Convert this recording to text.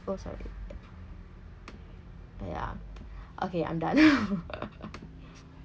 so sorry ya okay I'm done